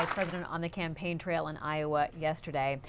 president on the campaign trail in iowa yesterday.